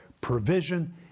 provision